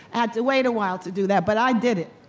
had to wait a while to do that, but i did it,